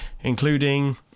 including